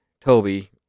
Toby